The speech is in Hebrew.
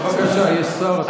בבקשה, יש שר.